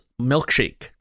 Milkshake